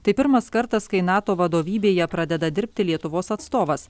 tai pirmas kartas kai nato vadovybėje pradeda dirbti lietuvos atstovas